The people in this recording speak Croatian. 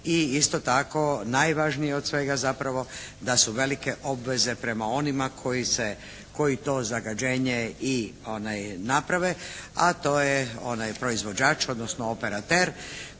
I isto tako, najvažnije od svega zapravo da su velike obveze prema onima koji to zagađenje i naprave a to je onaj proizvođač odnosno operater